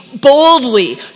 boldly